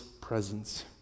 presence